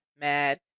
mad